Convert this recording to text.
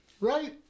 Right